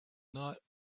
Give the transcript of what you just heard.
not